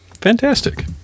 Fantastic